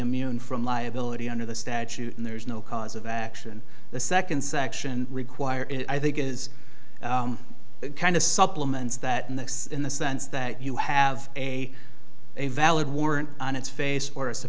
immune from liability under the statute and there's no cause of action the second section require it i think is kind of supplements that next in the sense that you have a a valid warrant on its face